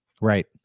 Right